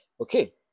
Okay